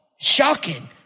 shocking